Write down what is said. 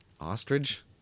Ostrich